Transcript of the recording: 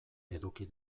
eduki